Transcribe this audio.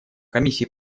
комиссии